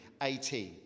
18